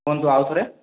କୁହନ୍ତୁ ଆଉ ଥରେ